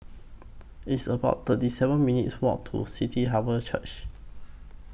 It's about thirty seven minutes' Walk to City Harvest Church